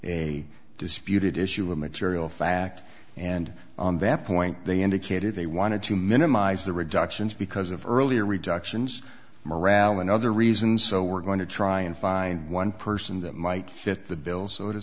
a disputed issue a material fact and on that point they indicated they wanted to minimize the reductions because of earlier reductions morale and other reasons so we're going to try and find one person that might fit the bill so to